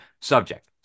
subject